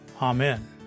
Amen